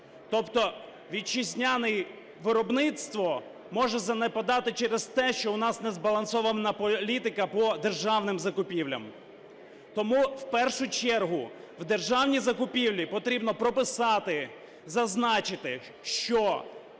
Тобто вітчизняне виробництво може занепадати через те, що у нас незбалансована політика по державним закупівлям. Тому, в першу чергу, в державні закупівлі потрібно прописати, зазначити, що